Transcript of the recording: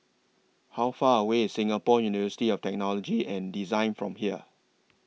How Far away IS Singapore University of Technology and Design from here